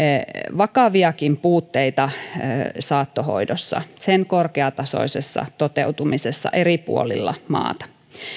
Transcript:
vakaviakin puutteita saattohoidossa sen korkeatasoisessa toteutumisessa eri puolilla maata